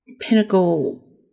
pinnacle